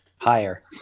Higher